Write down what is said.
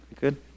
Good